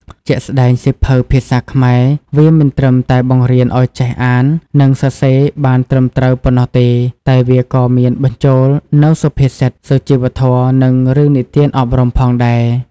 ជាក់ស្តែងសៀវភៅភាសាខ្មែរ វាមិនត្រឹមតែបង្រៀនឱ្យចេះអាននិងសរសេរបានត្រឹមត្រូវប៉ុណ្ណោះទេ តែវាក៏មានបញ្ចូលនូវសុភាសិត សុជីវធម៌ និងរឿងនិទានអប់រំផងដែរ។